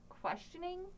questioning